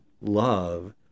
love